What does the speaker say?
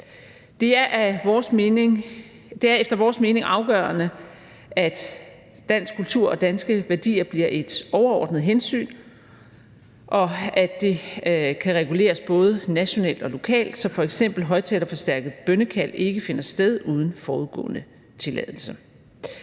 Det er efter vores mening afgørende, at dansk kultur og danske værdier bliver et overordnet hensyn, og at det kan reguleres både nationalt og lokalt, så f.eks. højtalerforstærket bønnekald ikke finder sted uden forudgående tilladelse.